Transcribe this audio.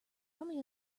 romeo